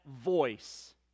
voice